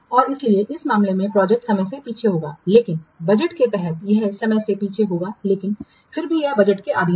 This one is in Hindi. और इसलिए इस मामले में प्रोजेक्ट समय से पीछे होगा लेकिन बजट के तहत यह समय के पीछे होगा लेकिन फिर भी यह बजट के अधीन है